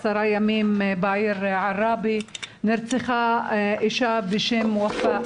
עשרה ימים בעיר עראבה נרצחה אישה בשם וופא,